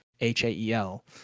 h-a-e-l